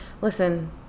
listen